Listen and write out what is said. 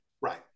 Right